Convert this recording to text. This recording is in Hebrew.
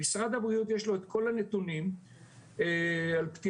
משרד הבריאות יש לו את כל הנתונים על פטירה